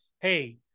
hey